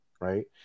right